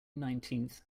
nineteenth